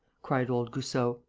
cried old goussot.